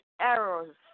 errors